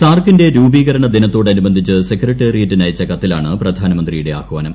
സാർക്കിന്റെ രൂപീകരണ ദിനത്തോടനുബന്ധിച്ച് സെക്രട്ടേറിയറ്റിന് അയച്ച കത്തിലാണ് പ്രധാനമന്ത്രിയുടെ ആഹ്വാനം